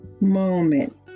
moment